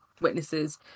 witnesses